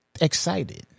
excited